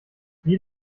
wie